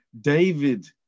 David